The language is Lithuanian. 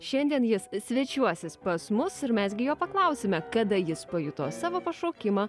šiandien jis svečiuosis pas mus ir mes gi jo paklausime kada jis pajuto savo pašaukimą